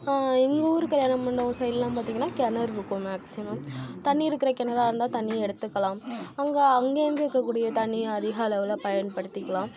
எங்கள் ஊர் கல்யாண மண்டபம் சைடுலாம் பாத்திங்கன்னா கிணறு இருக்கும் மேக்ஸிமம் தண்ணீர் இருக்கிற கிணறா இருந்தால் தண்ணீர் எடுத்துக்கலாம் அங்கே அங்கேயிருந்து இருக்க கூடிய தண்ணீர் அதிக அளவில் பயன்படுத்திக்கலாம்